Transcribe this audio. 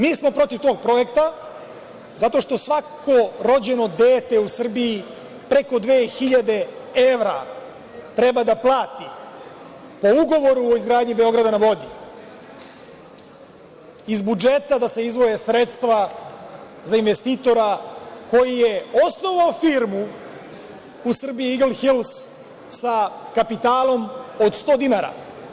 Mi smo protiv tog projekta zato što svako rođeno dete u Srbiji, preko dve hiljade evra treba da plati po Ugovoru o izgradnji „Beograda na vodi“, iz budžeta da se izdvoje sredstva za investitora koji je osnovao firmu u Srbiji „Igl Hils“, sa kapitalom od 100 dinara.